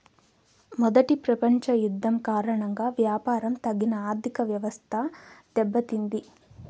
మొదటి ప్రపంచ యుద్ధం కారణంగా వ్యాపారం తగిన ఆర్థికవ్యవస్థ దెబ్బతింది